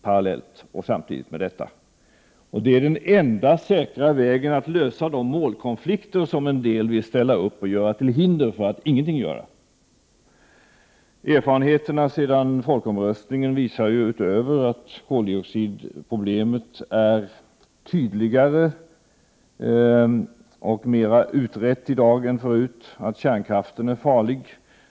Det är den enda säkra väg vi kan gå för att lösa de målkonflikter som en del vill ställa upp och göra till hinder för att göra någonting. Erfarenheten sedan folkomröstningen visar, utöver att koldioxidproblemet är tydligare och mer utrett än förut, att kärnkraften är farlig.